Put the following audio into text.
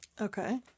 Okay